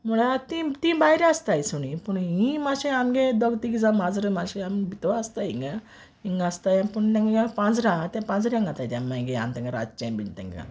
म्हुळ्यार तीं तीं भायर आसताय सुणीं पूण हीं मातशे आमगे दोग तीग जां माजरां मातशे आमगे भितोर आसताय इंगा इंग आसताय पूण तेंगे पांजरें आहा ते पांजऱ्या घाताय तेंक मागीर आम तेंक रातचें बीन तेंकां